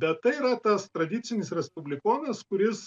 bet tai yra tas tradicinis respublikonas kuris